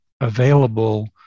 available